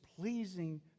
pleasing